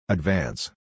Advance